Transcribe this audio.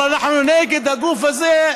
אבל אנחנו נגד הגוף הזה,